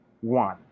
one